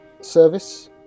service